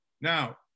Now